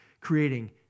creating